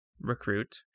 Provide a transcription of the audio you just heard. recruit